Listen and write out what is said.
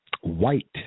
White